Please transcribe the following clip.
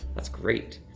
that's great.